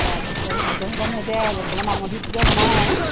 তাৰ পিছত সদ্যহতে মই এতিয়া বৰ্তমান আঙুঠিটোকে বনাওঁ মানে